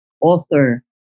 author